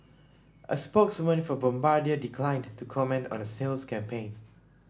a spokeswoman for Bombardier declined to comment on a sales campaign